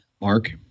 Mark